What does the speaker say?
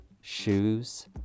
shoes